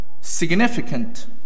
significant